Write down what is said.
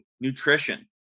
nutrition